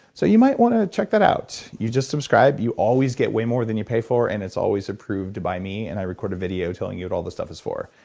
so you might want to check that out. you just subscribe. you always get way more than you pay for, and it's always approved by me. and i record a video telling you what all the stuff is for.